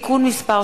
(תיקון מס'